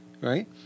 right